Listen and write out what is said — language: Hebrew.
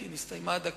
כי הסתיימה הדקה,